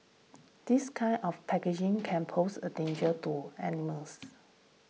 this kind of packaging can pose a danger to animals